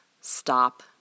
stop